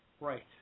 Right